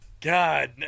God